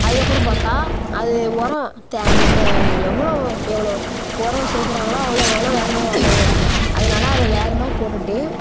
அதுக்கு அப்றம் பார்த்தா அது ஒரம் நம்ம எவ்வளோ எவ்வளோ ஓரம் சேக்கிறாங்களோ அவ்வளோக்கு அவ்வளோ வேகமாக வளரும் அதனால அதை வேகமாக போட்டுட்டு